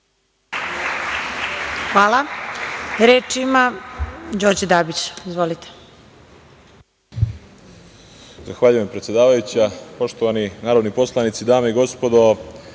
Hvala. Reč ima Đorđe Dabić. Izvolite.